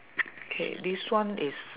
K this one is